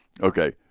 okay